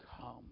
Come